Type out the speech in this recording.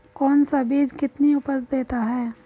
कौन सा बीज कितनी उपज देता है?